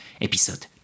episode